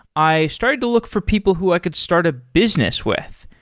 i started to look for people who i could start a business with.